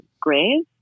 grave